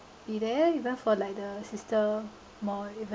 be there even for like the sister more even